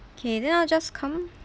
okay then I'll just come